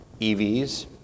EVs